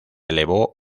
elevó